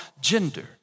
gender